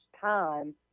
time